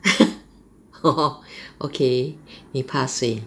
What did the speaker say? orh okay 你怕水